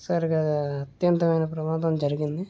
ఒక్కసారిగా అత్యంతమైన ప్రమాదం జరిగింది